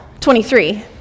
23